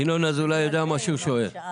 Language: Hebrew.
ינון אזולאי יודע מה שהוא שואל.